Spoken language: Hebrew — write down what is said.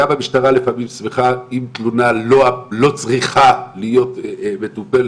גם המשטרה לפעמים שמחה אם תלונה לא צריכה להיות מטופלת,